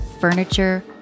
furniture